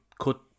cut